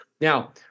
Now